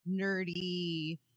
nerdy